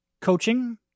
coaching